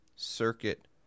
Circuit